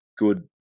good